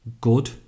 good